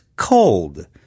cold